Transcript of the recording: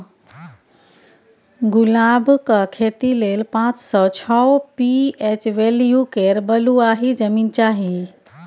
गुलाबक खेती लेल पाँच सँ छओ पी.एच बैल्यु केर बलुआही जमीन चाही